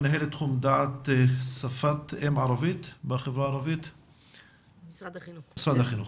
מנהלת תחום דעת שפת אם ערבית בחברה הערבית במשרד החינוך.